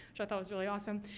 which i thought was really awesome,